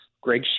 Greg